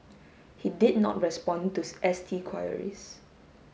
he did not respond to S T queries